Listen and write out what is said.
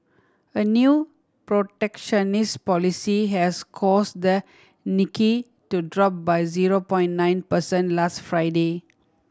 a new protectionist policy has cause the Nikkei to drop by zero point nine percent last Friday